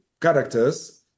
characters